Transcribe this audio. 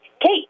Kate